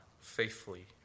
faithfully